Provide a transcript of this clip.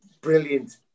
brilliant